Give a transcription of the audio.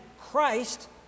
Christ